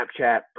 Snapchat